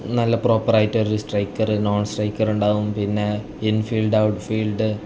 നല്ല പ്രോപ്പർ ആയിട്ട് ഒരു സ്ട്രൈക്കർ നോൺ സ്ട്രൈക്കർ ഉണ്ടാവും പിന്നെ ഇൻ ഫീൽഡ് ഔട്ട് ഫീൽഡ്